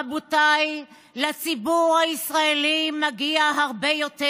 רבותיי, לציבור הישראלי מגיע הרבה יותר.